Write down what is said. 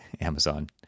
Amazon